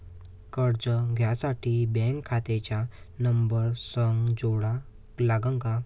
कर्ज घ्यासाठी बँक खात्याचा नंबर संग जोडा लागन का?